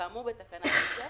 כאמור בתקנה 10,